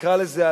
נקרא לזה,